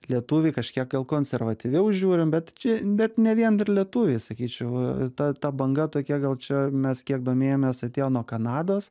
lietuviai kažkiek gal konservatyviau žiūrim bet čia bet ne vien ir lietuviai sakyčiau ta ta banga tokia gal čia mes kiek domėjomės atėjo nuo kanados